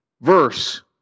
verse